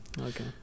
okay